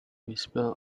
whisper